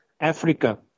Africa